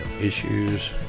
issues